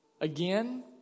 Again